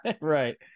right